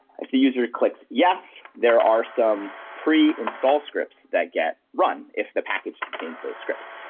if the user clicks yes, there are some preinstall scripts that get run if the package contains those scripts.